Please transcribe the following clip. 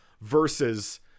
versus